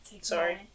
Sorry